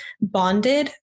bonded